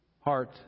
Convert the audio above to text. heart